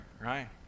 right